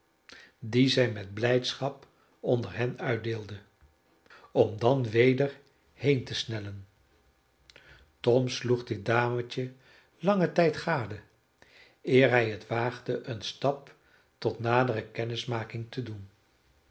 die zij met blijdschap onder hen uitdeelde om dan weder heen te snellen tom sloeg dit dametje langen tijd gade eer hij het waagde een stap tot nadere kennismaking te doen